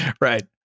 Right